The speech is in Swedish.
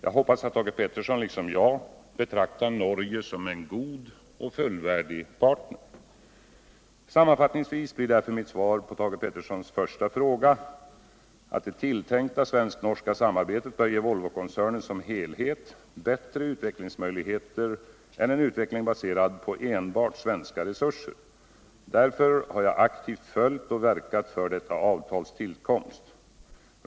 Jag hoppas att Thage Peterson liksom jag betraktar Norge som en god och fullvärdig partner. Sammanfattningsvis blir därför mitt svar på Thage Petersons första fråga, att det tilltänkta svensk-norska samarbetet bör ge Volvokoncernen som helhet bättre utvecklingsmöjligheter än en utveckling baserad på enbart svenska resurser. Därför har jag aktivt följt och verkat för detta avtals tillkomst.